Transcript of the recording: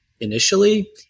initially